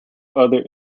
other